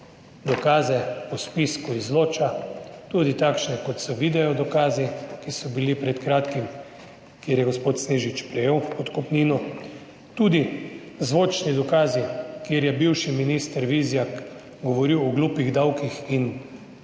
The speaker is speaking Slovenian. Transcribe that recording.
dokaze po spisku izloča tudi takšne kot so video dokazi, ki so bili pred kratkim, kjer je gospod Snežič prejel podkupnino. Tudi zvočni dokazi, kjer je bivši minister Vizjak 25. TRAK: (NB) – 14.00